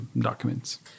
documents